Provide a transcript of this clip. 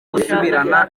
gusubirana